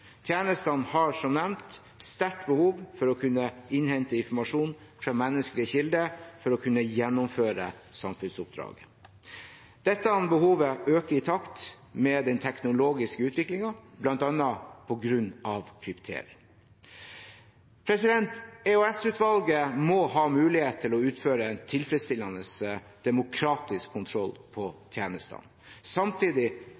Tjenestene har som nevnt sterkt behov for å kunne innhente informasjon fra menneskelige kilder for å kunne gjennomføre samfunnsoppdrag. Dette behovet øker i takt med den teknologiske utviklingen, bl.a. på grunn av kryptering. EOS-utvalget må ha mulighet til å utføre tilfredsstillende demokratisk kontroll